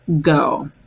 Go